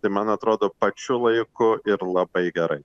tai man atrodo pačiu laiku ir labai gerai